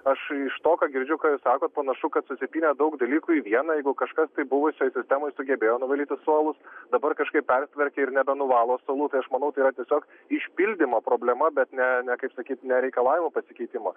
aš iš to ką girdžiu ką jūs sakot panašu kad susipynė daug dalykų į vieną jeigu kažkas tai buvusioj sistemoj sugebėjo nuvalyti suolus dabar kažkaip persitvarkė ir nebenuvalo suolų tai aš manau yra tiesiog išpildymo problema bet ne ne kaip sakyt ne reikalavimų pasikeitimo